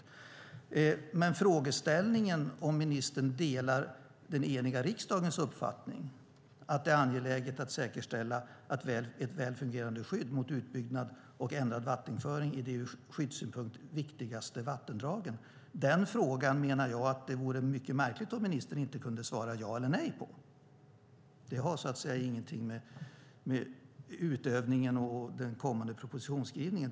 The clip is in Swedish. Det vore märkligt om ministern inte kunde svara ja eller nej på frågan om ministern delar den eniga riksdagens uppfattning att det är angeläget att säkerställa ett väl fungerande skydd mot utbyggnad och ändrad vattenföring i de ur skyddssynpunkt viktigaste vattendragen. Det har ingenting att göra med utövningen och den kommande propositionsskrivningen.